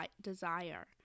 desire